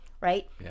right